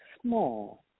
small